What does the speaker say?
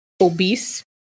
obese